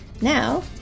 Now